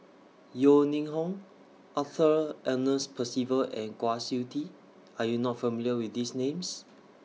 Yeo Ning Hong Arthur Ernest Percival and Kwa Siew Tee Are YOU not familiar with These Names